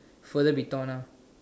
further be torn ah